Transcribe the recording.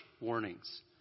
warnings